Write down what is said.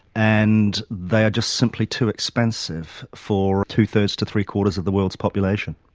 and they are just simply too expensive for two-thirds to three-quarters of the world's population.